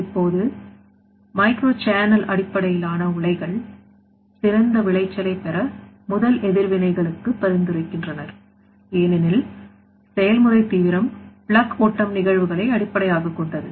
இப்போது micro channel அடிப்படையிலான உலைகள் சிறந்த விளைச்சலைப் பெற முதல் எதிர்வினை களுக்கு பரிந்துரைக்கின்றனர் ஏனெனில் செயல்முறை தீவிரம் பிளக் ஓட்டம் நிகழ்வுகளை அடிப்படையாகக் கொண்டது